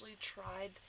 tried